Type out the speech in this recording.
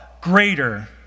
greater